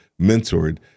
mentored